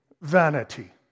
vanity